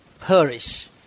perish